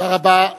תודה רבה.